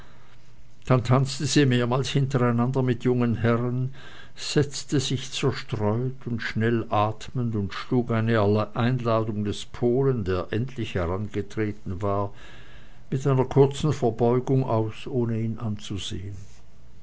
dann tanzte sie mehrmals hintereinander mit jungen herren setzte sich zerstreut und schnell atmend und schlug eine einladung des polen der endlich herangetreten war mit einer kurzen verbeugung aus ohne ihn anzusehen